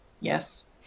Yes